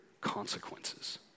consequences